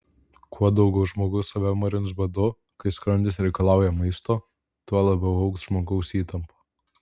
kuo daugiau žmogus save marins badu kai skrandis reikalauja maisto tuo labiau augs žmogaus įtampa